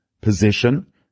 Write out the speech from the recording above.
position